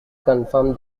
confirm